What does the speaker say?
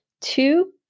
two